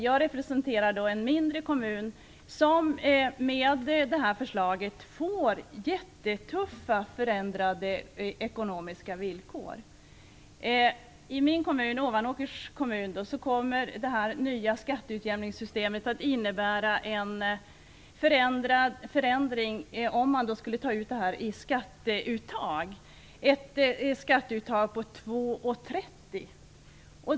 Jag representerar en mindre kommun som med det här förslaget får jättetuffa förändrade ekonomiska villkor. I min hemkommun, Ovanåkers kommun, kommer det kommunala skatteutjämningssystemet att innebära en förändring på, om man skulle ta ut det i skatteuttag, 2:30 kr.